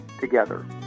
together